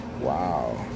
Wow